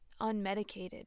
unmedicated